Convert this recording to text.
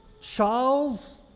charles